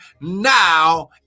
now